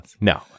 No